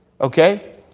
Okay